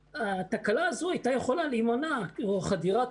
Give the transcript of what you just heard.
התקלה הזו הייתה יכולה להימנע או חדירת